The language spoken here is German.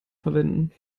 verwenden